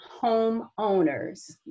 homeowners